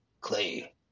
Clay